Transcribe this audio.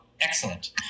excellent